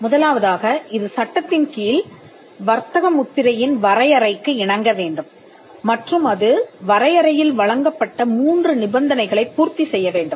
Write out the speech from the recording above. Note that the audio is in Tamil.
முதலாவதாக இது சட்டத்தின்கீழ் வர்த்தக முத்திரையின் வரையறைக்கு இணங்க வேண்டும் மற்றும் அது வரையறையில் வழங்கப்பட்ட 3 நிபந்தனைகளைப் பூர்த்தி செய்ய வேண்டும்